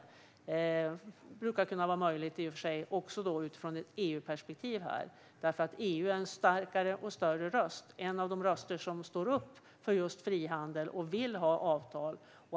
Det brukar i och för sig vara möjligt också utifrån ett EU-perspektiv, eftersom EU är en starkare och större röst. Det är en av de röster som står upp för just frihandel. EU vill ha avtal.